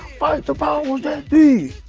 fight the powers that be,